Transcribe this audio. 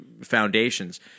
foundations